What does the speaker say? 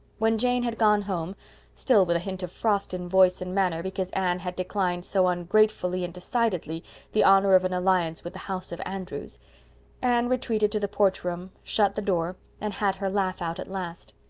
when jane had gone home still with a hint of frost in voice and manner because anne had declined so ungratefully and decidedly the honor of an alliance with the house of andrews anne retreated to the porch room, shut the door, and had her laugh out at last.